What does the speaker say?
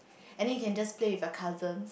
and then you can just play with your cousin